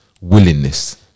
Willingness